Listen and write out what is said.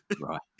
Right